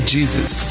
Jesus